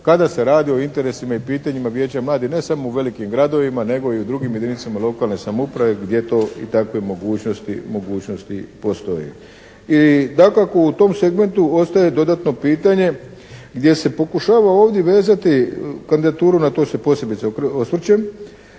kada se radi o interesima i pitanjima vijeća mladih ne samo u velikim gradovima nego i u drugim jedinicama lokalne samouprave gdje to i takve mogućnosti postoje. I dakako u tom segmentu ostaje dodatno pitanje gdje se pokušava ovdje vezati kandidaturu, na to se posebice osvrćem,